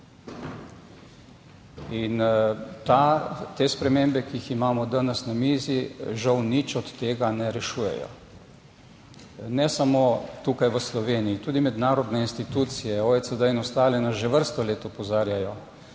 In te spremembe, ki jih imamo danes na mizi, žal, nič od tega ne rešujejo. Ne samo tukaj v Sloveniji, tudi mednarodne institucije OECD in ostale nas že vrsto let opozarjajo,